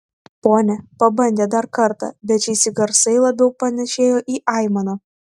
pone pabandė dar kartą bet šįsyk garsai labiau panėšėjo į aimaną